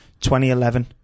2011